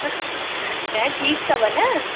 न ठीकु अथव न